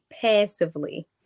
passively